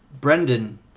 Brendan